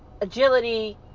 agility